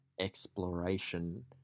exploration